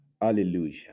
Hallelujah